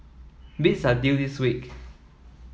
bids are due this week